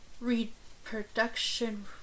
reproduction